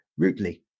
Rootly